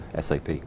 SAP